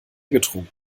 getrunken